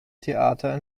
theater